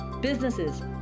businesses